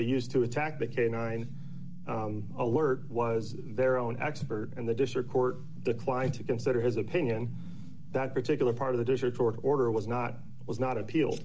they used to attack the canine alert was their own expert and the district court declined to consider his opinion that particular part of the desert sort order was not it was not appeal